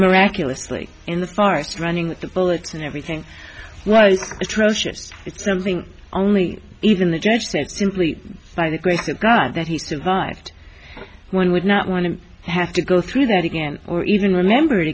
miraculously in the farce running the bullets and everything was atrocious it's something only even the judge said simply by the grace of god that he survived one would not want to have to go through that again or even remember it